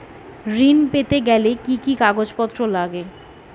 ঋণ পেতে গেলে কি কি কাগজপত্র লাগে?